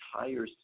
entire